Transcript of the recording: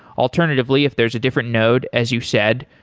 alternatively, if there's a different node, as you said,